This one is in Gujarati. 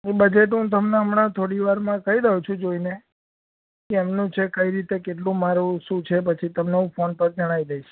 બજેટ હું તમને હમણાં થોડી વારમાં કઈ દયું છું જોઈને કેમ નું છે કઈ રીતે કેટલું મારવું શું છે પછી તમને ફોન પર જણાઈ દઇશ